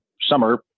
summer